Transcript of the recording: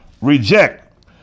reject